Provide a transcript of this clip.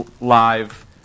live